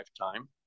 lifetime